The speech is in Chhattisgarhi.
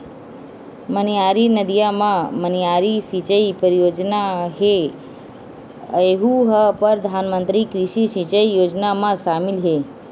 मनियारी नदिया म मनियारी सिचई परियोजना हे यहूँ ह परधानमंतरी कृषि सिंचई योजना म सामिल हे